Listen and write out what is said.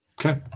Okay